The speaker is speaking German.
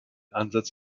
ansatz